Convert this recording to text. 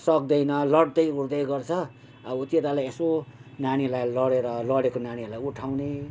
सक्दैन लड्दै उठ्दै गर्छ अब त्यो तल यसो नानीलाई लडेर लडेको नानीहरूलाई उठाउने